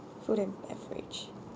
food and beverage